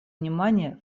внимание